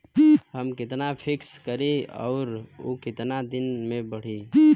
हम कितना फिक्स करी और ऊ कितना दिन में बड़ी?